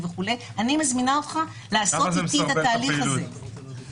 אני מזמינה אותך לעשות איתי את התהליך הזה.